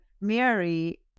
Mary